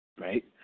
Right